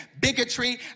bigotry